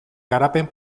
garapen